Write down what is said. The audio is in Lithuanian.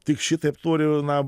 tik šitaip turi na